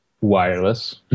wireless